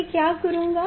मैं क्या करूंगा